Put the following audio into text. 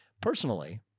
personally